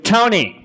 Tony